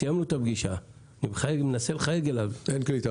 סיימנו את הפגישה ואני מנסה לחייג אליו אין,